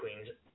queens